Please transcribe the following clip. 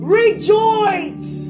rejoice